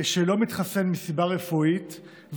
שלא מתחסן מסיבה רפואית,